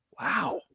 wow